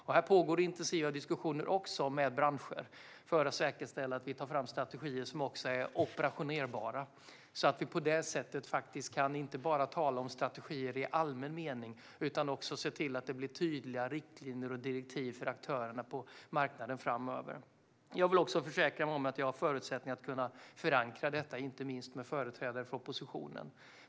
Även här pågår intensiva diskussioner med branscher för att säkerställa att vi tar fram strategier som är operativa och inte bara talar om strategier i allmän mening utan också ser till att vi får tydliga riktlinjer och direktiv för aktörerna på marknaden framöver. Jag vill också försäkra mig om att vi har förutsättningar att förankra detta, inte minst hos företrädare för oppositionen.